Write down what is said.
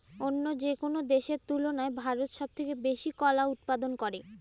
অন্য যেকোনো দেশের তুলনায় ভারত সবচেয়ে বেশি কলা উৎপাদন করে